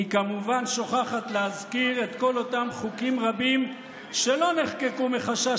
היא כמובן שוכחת להזכיר את כל אותם חוקים רבים שלא נחקקו מחשש